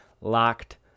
locked